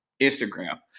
Instagram